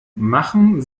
machen